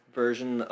version